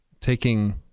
taking